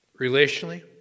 relationally